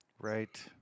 Right